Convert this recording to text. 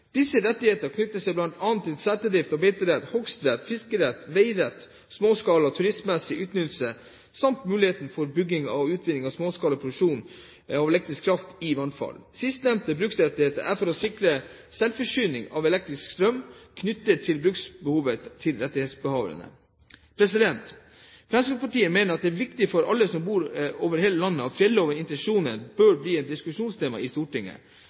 Disse rettigheter knytter seg til bl.a. seterdrift, beiterett, hogstrett, fiskerett, veirett, småskala turistmessig utnyttelse samt muligheten for bygging og utvinning av småskala produksjon av elektrisk kraft i vannfall. Sistnevnte bruksrettighet er for å sikre selvforsyning av elektrisk strøm knyttet til bruksbehovet til rettighetshaverne. Fremskrittspartiet mener det er viktig for alle som bor i landet at fjellovens intensjoner bør bli et diskusjonstema for Stortinget. Da kan vi gjennom en grundig debatt i Stortinget